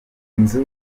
nzu